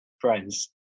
Friends